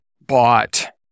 bought